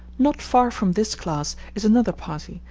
not far from this class is another party,